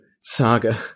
saga